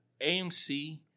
AMC